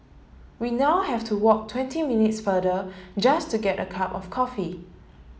we now have to walk twenty minutes farther just to get a cup of coffee